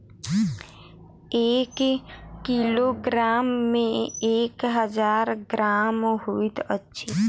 एक किलोग्राम मे एक हजार ग्राम होइत अछि